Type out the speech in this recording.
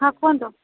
ହଁ କୁହନ୍ତୁ